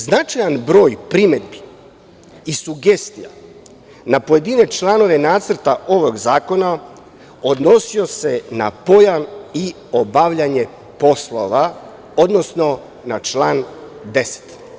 Značajan broj primedbi i sugestija na pojedine članove Nacrta ovog zakona odnosio se na pojam i obavljanje poslova, odnosno na član 10.